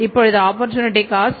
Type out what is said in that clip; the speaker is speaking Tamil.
இப்பொழுது ஆப்பர்சூனிட்டி காஸ்ட்